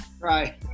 Right